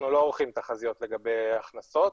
אנחנו לא עורכים תחזיות לגבי הכנסות.